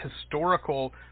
historical